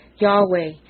Yahweh